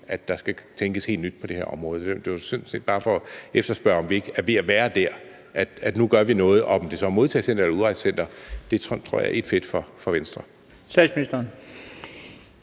at der skal tænkes helt nyt på det her område. Det var sådan set bare for at efterspørge, om vi ikke er ved at være der, at nu gør vi noget, og om det så er et modtagecenter eller et udrejsecenter, tror jeg er ét fedt for Venstre.